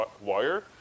wire